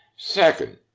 second,